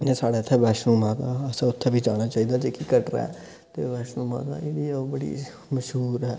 जियां साढ़ै इत्थें वैष्णो माता असें उत्थें बी जाना चाहिदा जेह्की कटरा ऐ ते वैष्णो माता जेह्ड़ी ऐ ओह् बड़ी मश्हूर ऐ